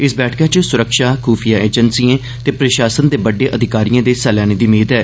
इस बैठक च सुरक्षा खुफिया एजेंसियें ते प्रषासन दे बड्डे अधिकारिये दे हिस्सा लैने दी मेद ऐ